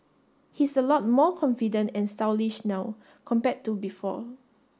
he's a lot more confident and stylish now compared to before